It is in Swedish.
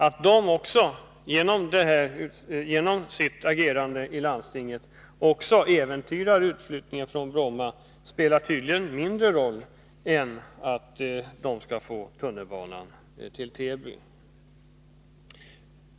Att de genom sitt agerande i landstinget äventyrar utflyttningen från Bromma spelar tydligen mindre roll än att de får tunnelbanan till Täby.